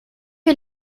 que